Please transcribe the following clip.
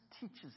teaches